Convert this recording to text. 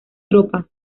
tropas